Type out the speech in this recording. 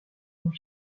dans